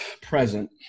present